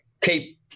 keep